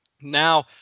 Now